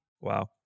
Wow